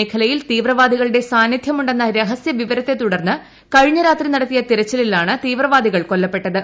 മേഖലയിൽ തീവ്രവാദികളുടെ സാന്നിധൃമുണ്ടെന്ന രഹസൃ വിവരത്തെ തുടർന്ന് കഴിഞ്ഞ രാത്രി നടത്തിയ തിരച്ചിലിലാണ് തീവ്രവാദികൾ കൊല്ലപ്പെട്ടത്